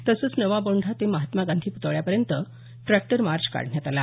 तसंच नवा मोंढा ते महात्मा गांधी प्तळ्यापर्यंत ट्रॅक्टर मार्च काढण्यात आला